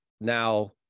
now